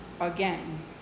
again